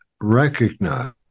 recognize